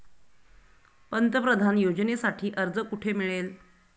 पंतप्रधान योजनेसाठी अर्ज कुठे मिळेल?